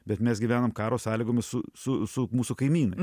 bet mes gyvenam karo sąlygomis su su su mūsų kaimynais